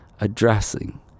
addressing